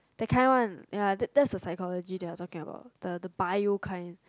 that kind one ya that that's the psychology that you are talk about the the bio kind